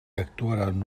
actuaran